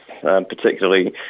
particularly